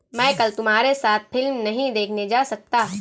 मैं कल तुम्हारे साथ फिल्म नहीं देखने जा सकता